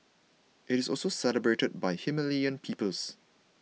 it is also celebrated by Himalayan peoples